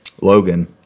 Logan